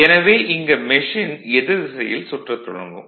எனவே இங்கு மெஷின் எதிர் திசையில் சுற்றத் தொடங்கும்